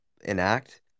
enact